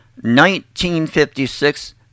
1956